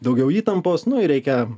daugiau įtampos nu ir reikia